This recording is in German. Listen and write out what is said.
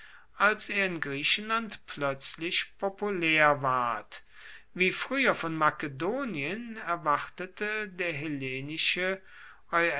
als er in griechenland plötzlich populär ward wie früher von makedonien erwartete der